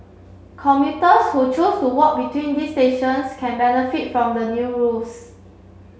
commuters who choose to walk between these stations can benefit from the new rules